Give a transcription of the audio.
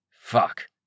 Fuck